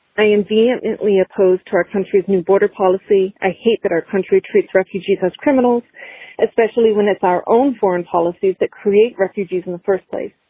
i am vehemently opposed to our country's new border policy. i hate that our country treats refugees as criminals especially when it's our own foreign policies that create refugees in the first place.